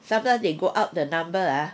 sometimes they go up the number ah